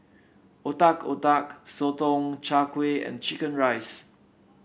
Otak Otak Sotong Char Kway and chicken rice